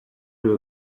you